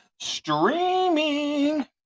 streaming